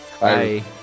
Bye